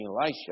Elisha